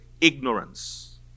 ignorance